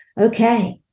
Okay